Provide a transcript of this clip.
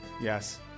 Yes